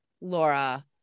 laura